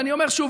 ושוב,